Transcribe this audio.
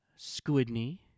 Squidney